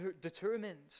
determined